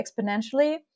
exponentially